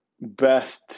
best